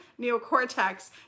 neocortex